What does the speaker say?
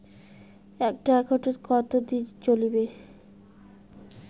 একটা একাউন্ট কতদিন চলিবে?